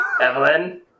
Evelyn